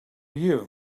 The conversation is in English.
you